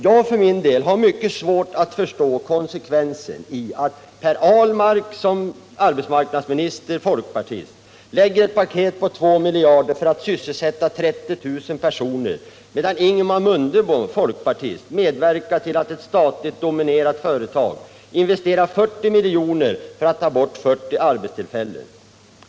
Jag har mycket svårt att förstå det konsekventa i att Per Ahlmark som arbetsmarknadsminister och folkpartist framlägger ett sysselsättningspaket som kostar 2 miljarder för att sysselsätta 30 000 personer, medan Ingemar Mundebo, budgetministern och folkpartist, medverkar till att ett statligt dominerat företag investerar 40 milj. för att ta bort en mängd arbetstillfällen.